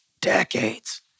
decades